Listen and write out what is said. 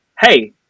Hey